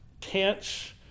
tense